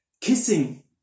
kissing